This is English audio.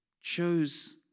chose